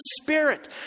spirit